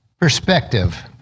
Perspective